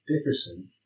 Dickerson